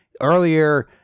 earlier